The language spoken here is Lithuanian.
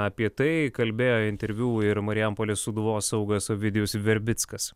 apie tai kalbėjo interviu ir marijampolės sūduvos saugas ovidijus verbickas